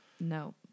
no